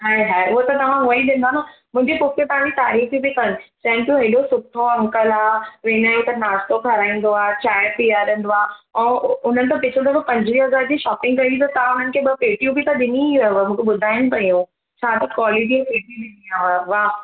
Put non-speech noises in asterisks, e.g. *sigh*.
आए हाए उहा त तव्हां उहो ई ॾींदा न मुंहिंजी पुफी पाणि तारीफ़ बि कनि चइनि पेयूं हेॾो सुठो अंकल आहे वेंदा आयूं त नाश्तो खाराईंदो आहे चांहि पियारंदो आहे ऐं हुन त हिक दफ़ो पंजुवीह हज़ार जी शॉपिंग कई त तव्हां हुनखे ॿ पेटियूं बि त ॾिनी हुयव मूंखे ॿुधाइनि पेयूं छा त कॉलिटी *unintelligible* ॾिनी हुयव वाह